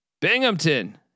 Binghamton